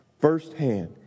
firsthand